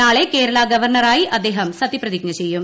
നാളെ കേരള ഗവർണ്ണറായി അദ്ദേഹം സത്യപ്രതിജ്ഞ ചെയ്യും